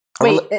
Wait